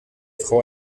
frau